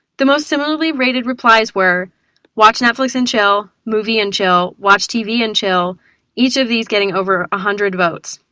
the most similarly rated replies were watch netflix and chill movie and chill watch tv and chill each of these getting over one ah hundred votes.